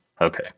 Okay